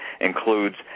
includes